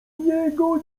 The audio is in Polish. niego